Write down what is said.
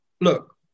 look